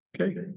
Okay